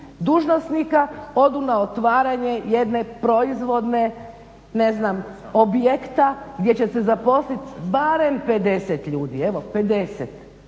dužnosnika odu na otvaranje jedne proizvodne, ne znam, objekta gdje će se zaposliti barem 50 ljudi, evo 50.